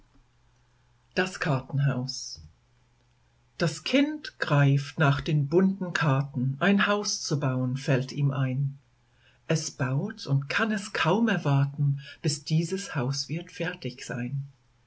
das kartenhaus das kind greift nach den bunten karten ein haus zu bauen fällt ihm ein es baut und kann es kaum erwarten bis dieses haus wird fertig sein